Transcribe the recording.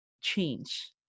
change